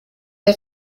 der